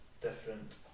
different